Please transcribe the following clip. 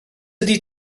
ydy